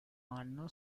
anno